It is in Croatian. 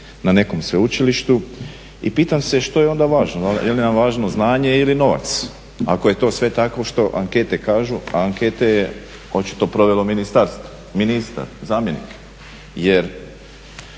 na nekom sveučilištu i pitam se što je onda važno, jeli vam važno znanje ili novac? Ako je to sve tako što ankete kažu, a ankete je očito provelo ministarstvo, ministar, zamjenik jer